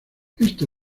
este